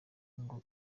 ngo